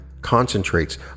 concentrates